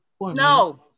No